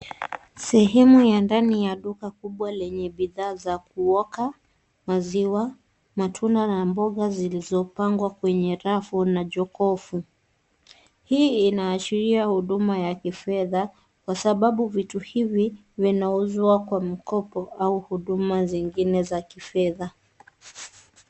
Sehemu ya ndani ya duka kubwa lenye bidhaa za kuoka, maziwa na matunda na mboga zilizopangwa kwenye rafu na jokovu. Hii inashiria huduma ya kifedha kwa sababu vitu hizi vinauzwa kwa mikopo au huduma zengine za kifedha.